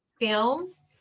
films